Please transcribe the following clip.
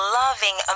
loving